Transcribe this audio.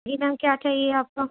جی ma'am کیا چاہیے آپ کو